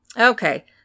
okay